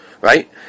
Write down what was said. Right